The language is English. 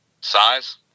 size